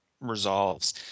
resolves